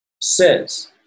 says